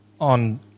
on